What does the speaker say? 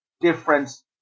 difference